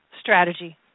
strategy